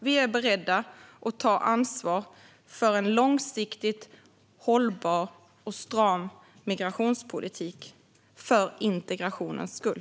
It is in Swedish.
Vi är beredda att ta ansvar för en långsiktigt hållbar och stram migrationspolitik, för integrationens skull.